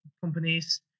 companies